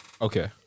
Okay